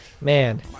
Man